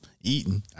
eating